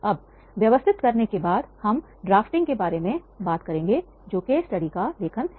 अब व्यवस्थित करने के बाद हम ड्राफ्टिंग के बारे में बात करेंगे जो केस स्टडी का लेखन है